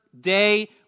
day